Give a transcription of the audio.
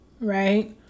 right